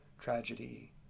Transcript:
tragedy